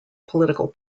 political